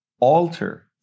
alter